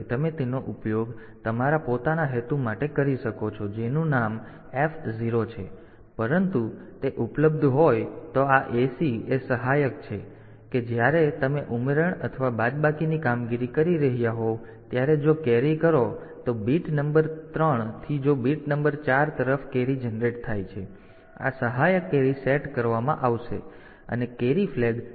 તેથી તમે તેનો ઉપયોગ તમારા પોતાના હેતુ માટે કરી શકો છો જેનું નામ F 0 છે પરંતુ તે ઉપલબ્ધ હોય તો આ AC એ સહાયક છે કે જ્યારે તમે ઉમેરણ અથવા બાદબાકીની કામગીરી કરી રહ્યા હોવ ત્યારે જો કેરી કરો તો બીટ નંબર 3 થી જો બીટ નંબર 4 તરફ કેરી જનરેટ થાય છે તો આ સહાયક કેરી સેટ કરવામાં આવશે અને કેરી ફ્લેગ CY છે